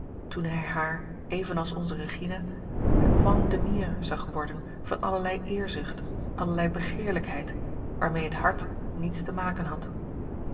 toen hij haar evenals onze regina het point de mire zag worden van allerlei eerzucht allerlei begeerlijkheid waarmee het hart niets te maken had